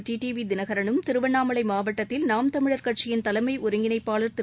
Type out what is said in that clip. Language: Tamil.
டிடிவிதினகரனும் திருவண்ணாமலைமாவட்டத்தில் நாம் தமிழர் கட்சியின் தலைமைஒருங்கிணைப்பாளர் திரு